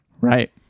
right